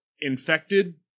infected